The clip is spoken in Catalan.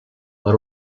per